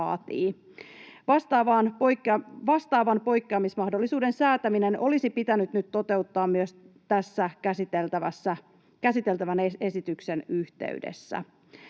Vastaavan poikkeamismahdollisuuden säätäminen olisi pitänyt toteuttaa myös tämän käsiteltävän esityksen yhteydessä.